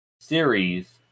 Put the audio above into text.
series